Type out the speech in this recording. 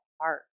heart